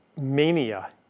mania